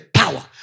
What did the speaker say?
power